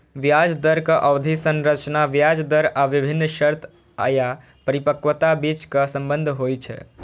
ब्याज दरक अवधि संरचना ब्याज दर आ विभिन्न शर्त या परिपक्वताक बीचक संबंध होइ छै